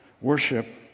Worship